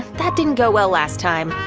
that didn't go well last time.